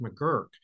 McGurk